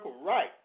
right